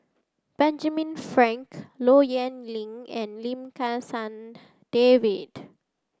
Benjamin Frank Low Yen Ling and Lim Kim San David